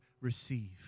receive